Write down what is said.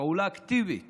פעולה אקטיבית